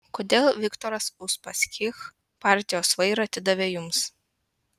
kodėl viktoras uspaskich partijos vairą atidavė jums